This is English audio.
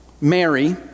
Mary